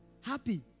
happy